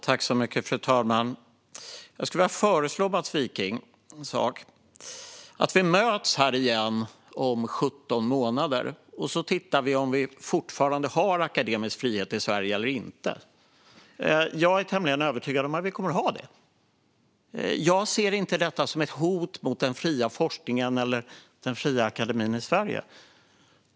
Fru talman! Jag skulle vilja föreslå Mats Wiking att vi möts här igen om 17 månader och ser om vi fortfarande har akademisk frihet i Sverige eller inte. Jag är tämligen övertygad om att vi kommer att ha det. Jag ser inte detta som ett hot mot den fria forskningen eller den fria akademin i Sverige.